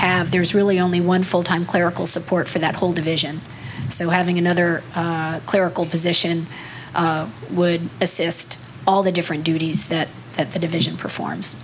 have there's really only one full time clerical support for that whole division so having another clerical position would assist all the different duties that at the division performs